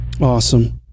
Awesome